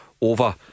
over